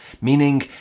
meaning